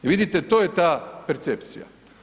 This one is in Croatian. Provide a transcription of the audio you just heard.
Vidite, to je ta percepcija.